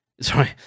sorry